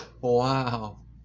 Wow